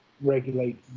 regulate